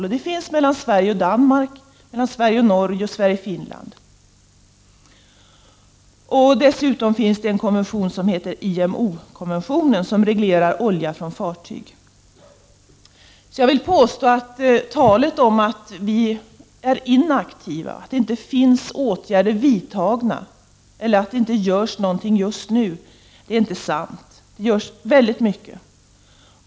Det finns sådana avtal mellan Sverige och Danmark, mellan Sverige och Norge och mellan Sverige och Finland. Dessutom finns det en konvention som heter IMO-konventionen och som reglerar oljeutsläpp från fartyg. Jag vill därför påstå att talet om att vi är inaktiva, att det inte har vidtagits åtgärder eller att det inte görs någonting just nu inte är sant. Det görs väldigt mycket.